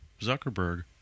Zuckerberg